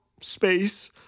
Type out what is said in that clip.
space